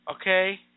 Okay